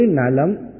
Nalam